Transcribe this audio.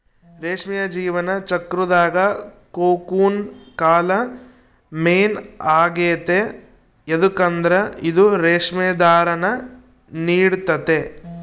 ರೇಷ್ಮೆಯ ಜೀವನ ಚಕ್ರುದಾಗ ಕೋಕೂನ್ ಕಾಲ ಮೇನ್ ಆಗೆತೆ ಯದುಕಂದ್ರ ಇದು ರೇಷ್ಮೆ ದಾರಾನ ನೀಡ್ತತೆ